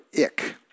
ick